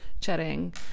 chatting